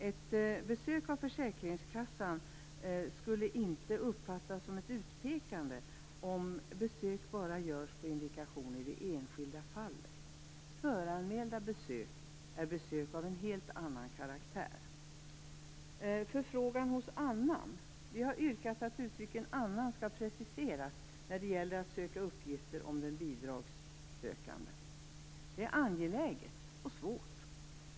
Ett besök av försäkringskassan skulle inte uppfattas som ett utpekande om besök bara görs på indikationer i det enskilda fallet. Föranmälda besök är besök av en helt annan karaktär. Beträffande förfrågan hos annan har vi yrkat att "annan" skall preciseras när det gäller att söka uppgifter om den bidragssökande. Detta är angeläget och svårt.